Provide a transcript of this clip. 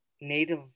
native